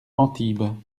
antibes